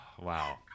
Wow